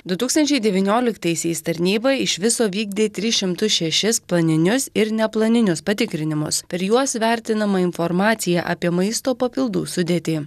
du tūkstančiai devynioliktaisiais tarnyba iš viso vykdė tris šimtus šešis planinius ir neplaninius patikrinimus per juos vertinama informacija apie maisto papildų sudėtį